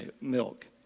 milk